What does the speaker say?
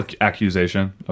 Accusation